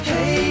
Hey